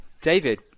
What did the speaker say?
david